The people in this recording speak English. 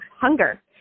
hunger